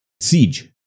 siege